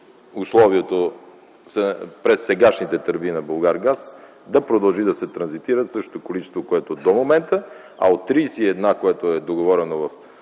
условието през сегашните тръби на „Булгаргаз” да продължи да се транзитира същото количество, което е до момента, и от 31, което е подписано в